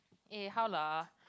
eh how lah